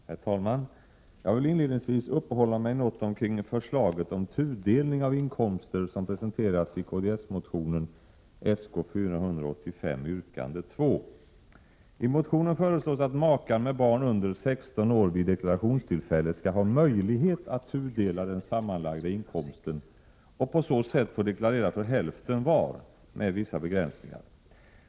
Herr talman! Jag vill inledningsvis uppehålla mig något omkring förslaget om tudelning av inkomster som presenteras i kds-motionen Sk485 yrkande 2. I motionen föreslås att makar med barn under 16 år vid deklarationstillfället skall få möjlighet att tudela den sammanlagda inkomsten och på så sätt få deklarera för hälften var, med vissa begränsningar.